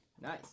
Nice